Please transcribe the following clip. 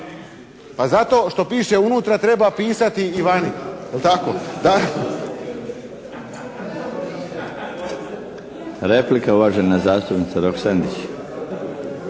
Pa zato što piše unutra, treba pisati i vani. Zato. **Milinović, Darko (HDZ)** Replika, uvažena zastupnica Roksandić.